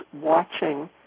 watching